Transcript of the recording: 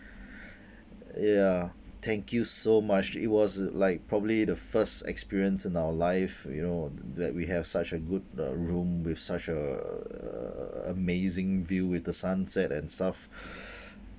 ya thank you so much it was like probably the first experience in our life you know that we have such a good uh room with such uh amazing view with the sunset and stuff